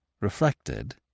reflected